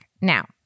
Now